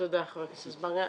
תודה חבר הכנסת אזברגה.